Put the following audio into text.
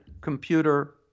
computer